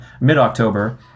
mid-October